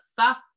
fuck